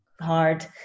hard